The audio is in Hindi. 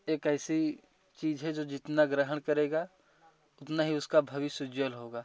एक ऐसी चीज है जो जितना ग्रहण करेगा उतना ही उसका भविष्य उज्वल होगा